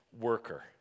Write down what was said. worker